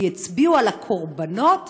כי הצביעו על הקורבנות